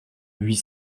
huit